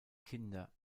kinder